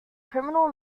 criminal